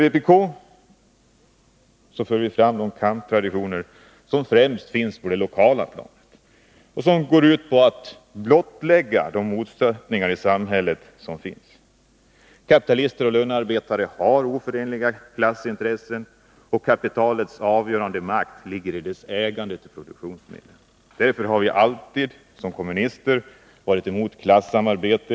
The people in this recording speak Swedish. Vpk för fram de kamptraditioner som främst finns på det lokala planet och som går ut på att blottlägga de motsättningar som finns i samhället. Kapitalister och lönarbetare har oförenliga klassintressen, och kapitalets avgörande makt ligger i dess ägande till produktionsmedlen. Därför har vi som kommunister alltid varit emot klassamarbete.